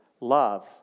love